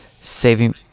Saving